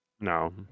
No